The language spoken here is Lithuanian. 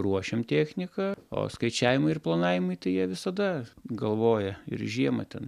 ruošiam techniką o skaičiavimai ir planavimai tai jie visada galvoje ir žiemą ten